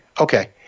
okay